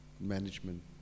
management